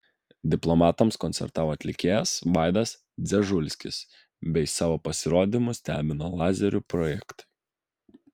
diplomantams koncertavo atlikėjas vaidas dzežulskis bei savo pasirodymu stebino lazerių projektai